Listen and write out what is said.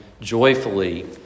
joyfully